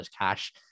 cash